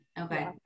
Okay